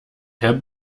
herr